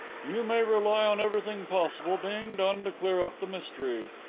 you may rely on everything possible being done to clear up the mystery.